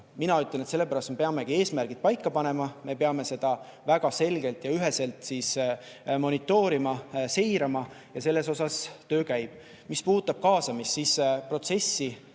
Mina ütlen, et sellepärast me peamegi eesmärgid paika panema, me peame seda väga selgelt ja üheselt monitoorima, seirama. Ja sellega töö käib. Mis puudutab kaasamist, siis protsessi